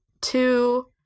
Two